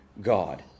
God